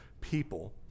people